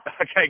okay